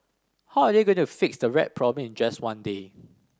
how are they going to fix the rat problem in just one day